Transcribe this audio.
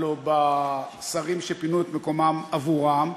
הלוא, בשרים שפינו את מקומם עבורם.